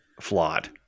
flawed